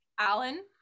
Alan